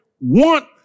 want